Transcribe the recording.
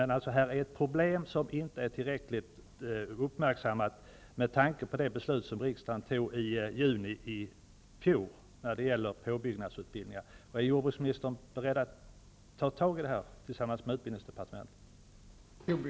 Men här finns ett problem som inte har uppmärksammats tillräckligt med tanke på det beslut om påbyggnadsutbildningar som riksdagen fattade i juni i fjol.